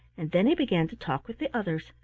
and then he began to talk with the others,